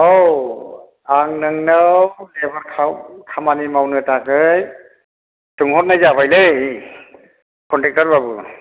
औ आं नोंनाव लेबार खामानि मावनो थाखाय सोंहरनाय जाबायलै' कनट्रेक्टार बाबु